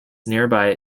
nearby